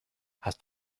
hast